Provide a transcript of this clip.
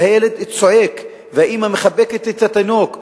והילד צועק והאמא מחבקת את התינוק,